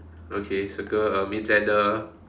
okay circle um it's at the